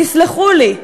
תסלחו לי,